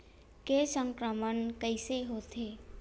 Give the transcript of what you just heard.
के संक्रमण कइसे होथे?